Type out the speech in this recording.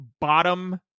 bottom